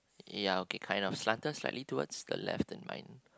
ya okay kind of slanted slightly towards the left than mine